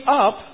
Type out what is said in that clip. up